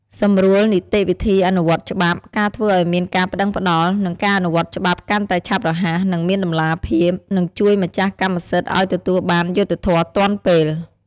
សម្រួលនីតិវិធីអនុវត្តច្បាប់ ការធ្វើឱ្យមានការប្តឹងផ្តល់ និងការអនុវត្តច្បាប់កាន់តែឆាប់រហ័ស និងមានតម្លាភាព នឹងជួយម្ចាស់កម្មសិទ្ធិឱ្យទទួលបានយុត្តិធម៌ទាន់ពេល។